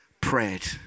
prayed